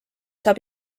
saab